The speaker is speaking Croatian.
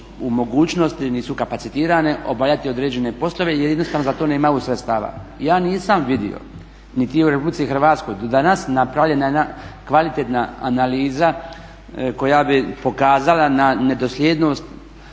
u mogućnosti, nisu kapacitirane obavljati određene poslove jer jednostavno za to nemaju sredstava. Ja nisam vidio niti je u Republici Hrvatskoj do danas napravljena jedna kvalitetna analiza koja bi pokazala na nedosljednost